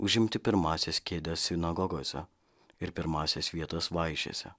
užimti pirmąsias kėdes sinagogose ir pirmąsias vietas vaišėse